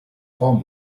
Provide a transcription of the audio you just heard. farm